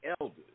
elders